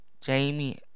Jamie